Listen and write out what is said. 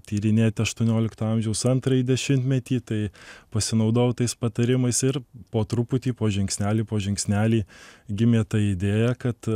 tyrinėti aštuoniolikto amžiaus antrąjį dešimtmetį tai pasinaudojau tais patarimais ir po truputį po žingsnelį po žingsnelį gimė ta idėja kad